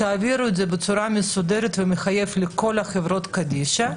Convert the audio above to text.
תעבירו את זה בצורה מפורשת ומחייבת לכל חברות הקדישא,